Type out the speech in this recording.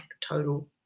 total